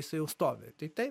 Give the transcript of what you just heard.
jisai jau stovi tai taip